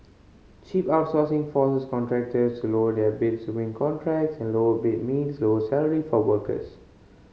cheap outsourcing forces contractors to lower their bids to win contracts and lower bid mean lower salaries for workers